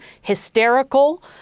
hysterical